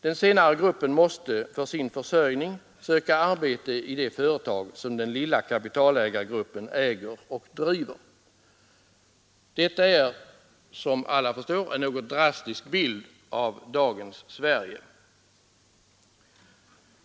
Den senare gruppen måste för sin försörjning söka arbete i de företag som den lilla kapitalägargruppen äger och driver. Detta är en något drastisk bild av dagens Sverige.